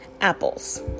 apples